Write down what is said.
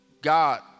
God